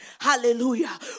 Hallelujah